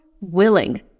willing